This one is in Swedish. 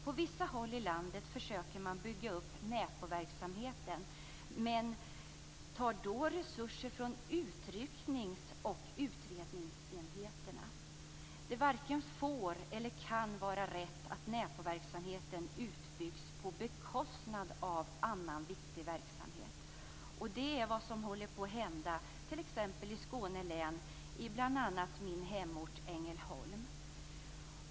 På vissa håll i landet försöker man bygga upp NÄPO-verksamheten men tar då resurser från utrycknings och utredningsenheterna. Det varken får eller kan vara rätt att NÄPO verksamheten byggs ut på bekostnad av annan viktig verksamhet. Detta är dock vad som håller på att hända t.ex. i Skåne län, bl.a. i min hemort Ängelholm.